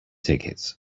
tickets